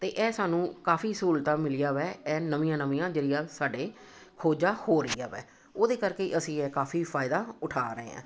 ਅਤੇ ਇਹ ਸਾਨੂੰ ਕਾਫ਼ੀ ਸਹੂਲਤਾਂ ਮਿਲੀਆਂ ਵੈ ਇਹ ਨਵੀਆਂ ਨਵੀਆਂ ਜਿਹੜੀਆਂ ਸਾਡੇ ਖੋਜਾਂ ਹੋ ਰਹੀਆਂ ਵੈ ਉਹਦੇ ਕਰਕੇ ਅਸੀਂ ਇਹ ਕਾਫ਼ੀ ਫਾਇਦਾ ਉਠਾ ਰਹੇ ਹਾਂ